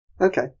okay